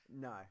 No